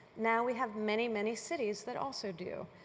now we have many many cities that also do.